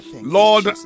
Lord